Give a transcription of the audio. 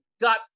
got